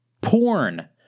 porn